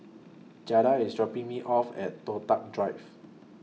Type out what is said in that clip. Jada IS dropping Me off At Toh Tuck Drive